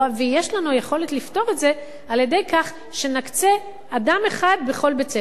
ויש לנו היכולת לפתור את זה על-ידי כך שנקצה אדם אחד בכל בית-ספר.